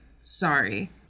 Sorry